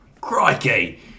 Crikey